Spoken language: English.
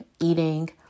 eating